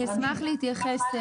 אני אשמח להתייחס.